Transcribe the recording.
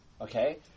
okay